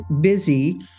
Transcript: busy